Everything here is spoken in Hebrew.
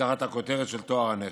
תחת הכותרת של טוהר הנשק.